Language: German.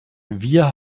wir